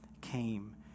came